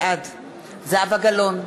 בעד זהבה גלאון,